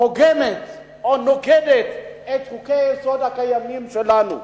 פוגמת או נוגדת את חוקי-היסוד הקיימים שלנו,